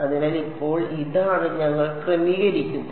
അതിനാൽ ഇപ്പോൾ ഇതാണ് ഞങ്ങൾ ക്രമീകരിക്കുന്നത്